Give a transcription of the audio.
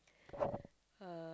uh